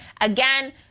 again